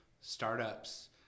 startups